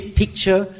picture